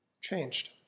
changed